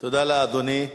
תודה לאדוני.